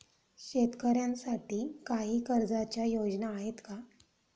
शेतकऱ्यांसाठी काही कर्जाच्या योजना आहेत का?